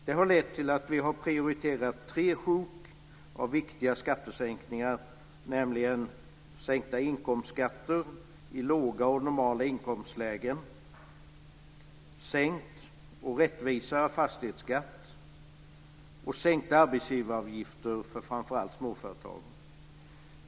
Det har lett till att vi har prioriterat tre sjok av viktiga skattesänkningar, nämligen sänkta inkomstskatter i låga och normala inkomstlägen, sänkt och rättvisare fastighetsskatt samt sänkta arbetsgivaravgifter för framför allt småföretag.